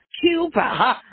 Cuba